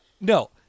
No